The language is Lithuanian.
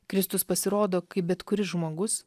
kristus pasirodo kaip bet kuris žmogus